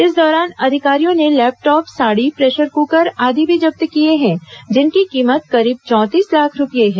इस दौरान अधिकारियों ने लैपटॉप साड़ी प्रेशर कुकर आदि भी जब्त किए हैं जिनकी कीमत करीब चौंतीस लाख रूपए है